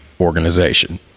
organization